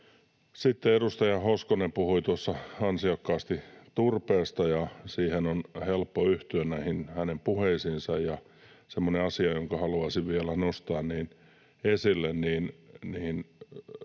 Sitten edustaja Hoskonen puhui tuossa ansiokkaasti turpeesta, ja on helppo yhtyä näihin hänen puheisiinsa. Semmoisen asian haluaisin vielä nostaa esille,